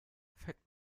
fett